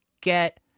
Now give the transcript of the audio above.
get